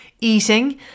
eating